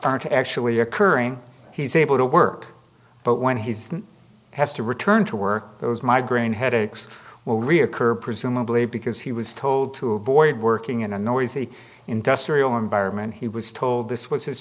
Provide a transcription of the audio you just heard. aren't actually occurring he's able to work but when he has to return to work those migraine headaches well reoccur presumably because he was told to avoid working in a noisy industrial environment he was told this was his